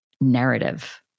narrative